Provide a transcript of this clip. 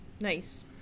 nice